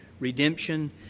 redemption